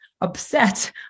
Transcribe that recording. upset